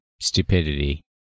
stupidity